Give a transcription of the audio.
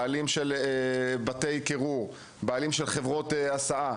כמו: בעלים של בתי קירור ובעלים של חברות הסעה,